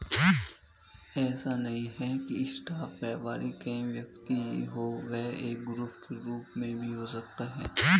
ऐसा नहीं है की स्टॉक व्यापारी कोई व्यक्ति ही हो वह एक ग्रुप के रूप में भी हो सकता है